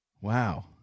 Wow